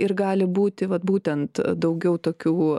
ir gali būti vat būtent daugiau tokių